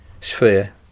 sphere